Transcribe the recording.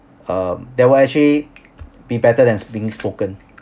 um that will actually be better than being spoken